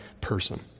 person